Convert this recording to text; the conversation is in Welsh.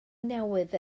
newydd